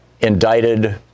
indicted